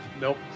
Nope